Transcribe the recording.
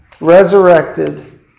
resurrected